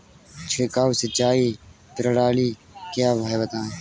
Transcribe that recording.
छिड़काव सिंचाई प्रणाली क्या है बताएँ?